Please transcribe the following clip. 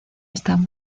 están